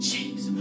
Jesus